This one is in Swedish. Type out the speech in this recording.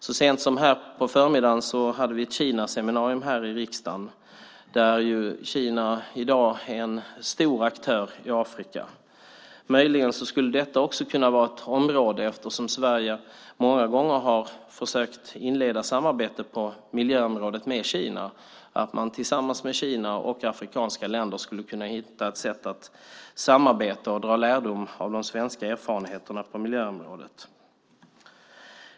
Så sent som på förmiddagen i dag hade vi ett Kinaseminarium här i riksdagen. Kina är i dag en stor aktör i Afrika. Möjligen skulle detta också kunna vara ett prioriterat område. Eftersom Sverige många gånger har försökt inleda samarbete på miljöområdet med Kina skulle man tillsammans med Kina och afrikanska länder kunna försöka hitta ett sätt att samarbeta och dra lärdom av de svenska erfarenheterna på miljöområdet.